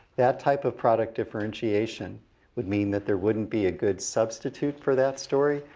that type of product differentiation would mean that there wouldn't be a good substitute for that story.